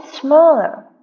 smaller